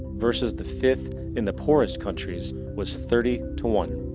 versus the fifth in the poorest countries was thirty to one.